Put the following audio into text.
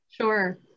Sure